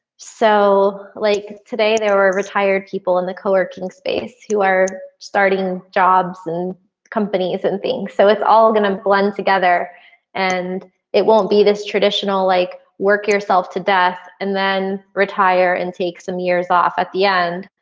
so like today there were retired people in the co-working space who are starting jobs. and companies and things so it's all gonna blend together and it won't be this traditional like work yourself to death and then retire and take some years off at the end.